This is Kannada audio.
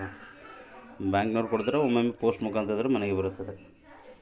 ಎ.ಟಿ.ಎಂ ಕಾರ್ಡ್ ಬ್ಯಾಂಕ್ ನವರು ಕೊಡ್ತಾರ